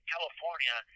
California